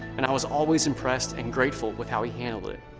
and i was always impressed and grateful with how he handled it.